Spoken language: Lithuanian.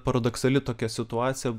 paradoksali tokia situacija